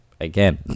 again